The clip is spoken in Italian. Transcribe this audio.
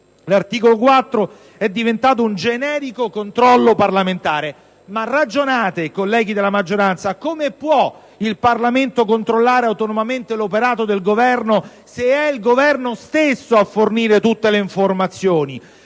L'articolo 4 prevede ora un generico controllo parlamentare. Ma ragionate, colleghi della maggioranza, come può il Parlamento controllare autonomamente l'operato del Governo, se è il Governo stesso a fornire tutte le informazioni?